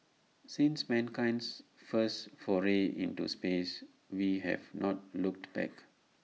since mankind's first foray into space we have not looked back